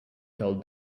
told